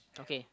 okay